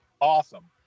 awesome